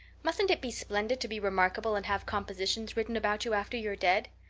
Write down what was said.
mustn't it be splendid to be remarkable and have compositions written about you after you're dead?